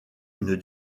une